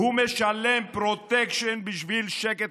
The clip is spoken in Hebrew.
הוא משלם פרוטקשן בשביל שקט מזויף.